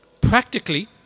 practically